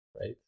right